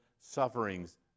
sufferings